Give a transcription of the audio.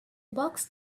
box